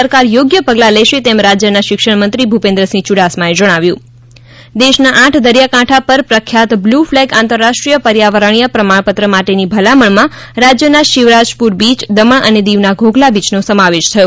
સરકાર યોગ્ય પગલાં લેશે તેમ રાજ્યના શિક્ષણમંત્રી ભૂપેન્દ્ર સિંહ યુડાસમા એ જણાવ્યું દેશના આઠ દરિયાકાંઠા પર પ્રખ્યાત બ્લુ ફલેગ આંતરરાષ્ટ્રીય પર્યાવરણીય પ્રમાણપત્ર માટેની ભલામણમાં રાજ્યના શિવરાજપુર બીય દમણ અને દીવના ઘોઘલા બીચનો સમાવેશ થયો